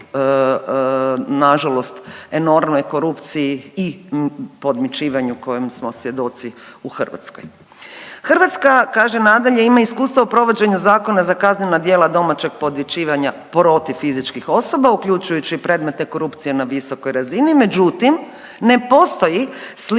na žalost enormnoj korupciji i podmićivanju kojem smo svjedoci u Hrvatskoj. Hrvatska kaže nadalje ima iskustvo u provođenje Zakona za kaznena djela domaćeg podmićivanja protiv fizičkih osoba uključujući i predmetne korupcije na visokoj razini. Međutim, ne postoji slična